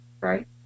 Right